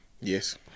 Yes